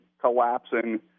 collapsing